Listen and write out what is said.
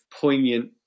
poignant